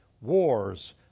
wars